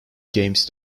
games